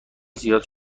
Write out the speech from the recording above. زیاد